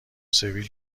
سیبیل